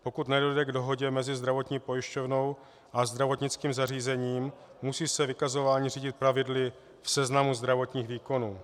Pokud nedojde k dohodě mezi zdravotní pojišťovnou a zdravotnickým zařízením, musí se vykazování řídit pravidly v seznamu zdravotních výkonů.